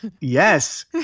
yes